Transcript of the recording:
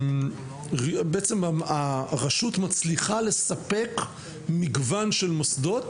בעצם הרשות מצליחה לספק מגוון של מוסדות